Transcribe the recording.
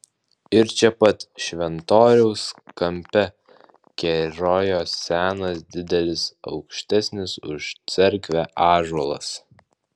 ir čia pat šventoriaus kampe kerojo senas didelis aukštesnis už cerkvę ąžuolas